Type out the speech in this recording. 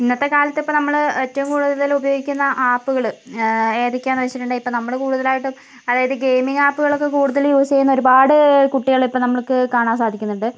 ഇന്നത്തെ കാലത്ത് ഇപ്പോൾ നമ്മള് ഏറ്റവും കൂടുതൽ ഉപയോഗിക്കുന്ന ആപ്പുകള് ഏതൊക്കെയാണെന്ന് വെച്ചിട്ടുണ്ടെങ്കിൽ ഇപ്പോൾ നമ്മൾ കൂടുതലായിട്ടും അതായത് ഗെയിമിങ്ങ് ആപ്പുകളൊക്കെ കൂടുതൽ യൂസ് ചെയ്യുന്ന ഒരുപാട് കുട്ടികൾ ഇപ്പോൾ നമ്മൾക്ക് കാണാൻ സാധിക്കുന്നുണ്ട്